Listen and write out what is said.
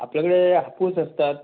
आपल्याकडे हापूस असतात